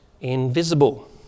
invisible